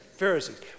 Pharisees